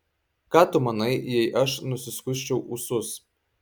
ką tu manai jei aš nusiskusčiau ūsus